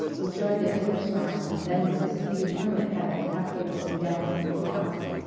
would join the dimmer stars in a nebulous, indeterminate heaven half-way between death and immortality.